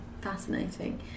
fascinating